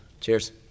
Cheers